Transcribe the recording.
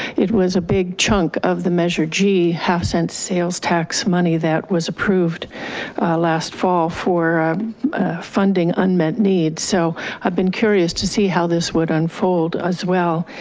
it was a big chunk of the measure g half cent sales tax money that was approved last fall for funding unmet needs. so i've been curious to see how this would unfold as well.